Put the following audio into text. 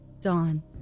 Dawn